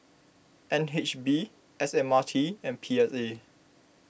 N H B S M R T and P S A